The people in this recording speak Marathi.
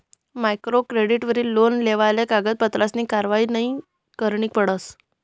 मायक्रो क्रेडिटवरी लोन लेवाले कागदपत्रसनी कारवायी नयी करणी पडस